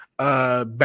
Back